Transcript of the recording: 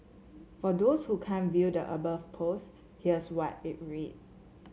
for those who can't view the above post here's what it read